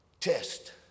test